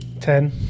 Ten